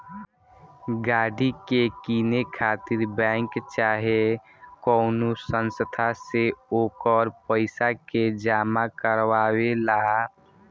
गाड़ी के किने खातिर बैंक चाहे कवनो संस्था से ओकर पइसा के जामा करवावे ला